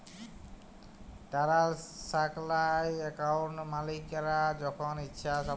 টারালসাকশাল একাউলটে মালিকরা যখল ইছা সহজে টাকা তুইলতে পারে